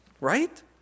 right